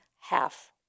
half